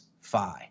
phi